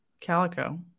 calico